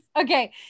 Okay